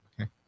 Okay